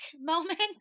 moment